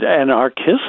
anarchists